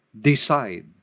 decide